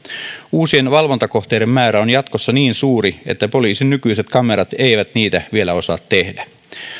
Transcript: uusien valvontakohteiden määrä on jatkossa niin suuri että poliisin nykyiset kamerat eivät niitä vielä osaa tehdä